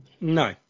No